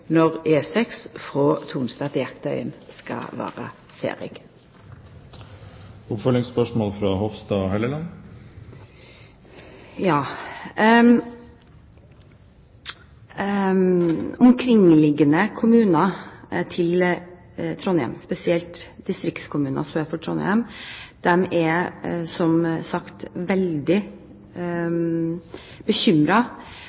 når E6 frå Tonstad til Jaktøyen skal vera ferdig. Trondheims omkringliggende kommuner, spesielt distriktskommuner sør for Trondheim, er som sagt veldig